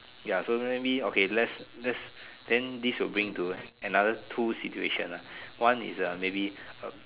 ya so maybe okay let's let's then this will bring into another two situations ah one is uh maybe er